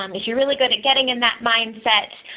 um if you're really good at getting in that mindset,